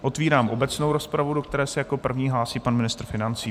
Otvírám obecnou rozpravu, do které se jako první hlásí pan ministr financí.